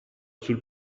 sul